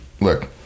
look